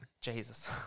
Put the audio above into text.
Jesus